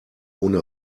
ohne